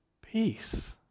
Peace